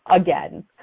again